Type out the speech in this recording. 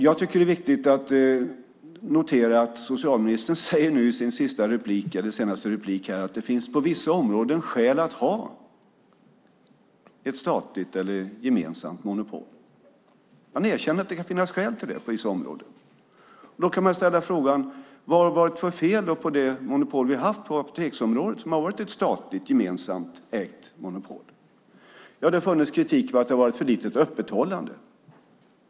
Jag tycker att det är viktigt att notera att socialministern i sitt senaste inlägg sade att det på vissa områden kan finnas skäl att ha ett statligt eller gemensamt monopol. Då kan man undra vad det var för fel på det monopol vi har haft på apoteksområdet. Det var ju ett statligt, gemensamt ägt monopol. Det har funnits kritik mot att det har varit för lite öppethållande.